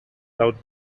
laut